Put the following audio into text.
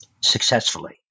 successfully